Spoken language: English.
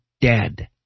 dead